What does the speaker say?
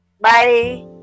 Bye